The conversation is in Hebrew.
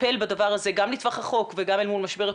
לטפל בדבר הזה גם לטווח רחוק וגם אל מול משבר הקורונה,